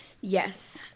Yes